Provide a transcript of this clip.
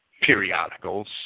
periodicals